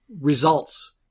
results